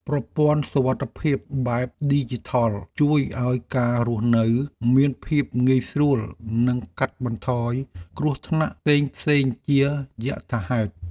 ប្រព័ន្ធសុវត្ថិភាពបែបឌីជីថលជួយឱ្យការរស់នៅមានភាពងាយស្រួល និងកាត់បន្ថយគ្រោះថ្នាក់ផ្សេងៗជាយថាហេតុ។